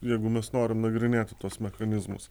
jeigu mes norim nagrinėti tuos mechanizmus